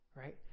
Right